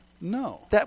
No